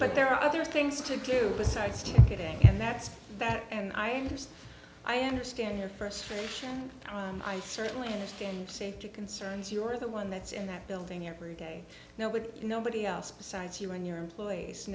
but there are other things to do besides just getting and that's that and i just i understand your frustration i certainly understand safety concerns you are the one that's in that building every day now with nobody else besides you and your employees